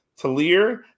Talir